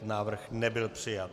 Návrh nebyl přijat.